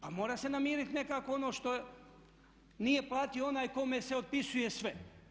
Pa mora se namiriti nekako ono što nije platio onaj kome se otpisuje sve.